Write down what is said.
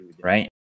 right